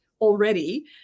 already